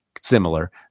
similar